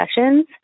sessions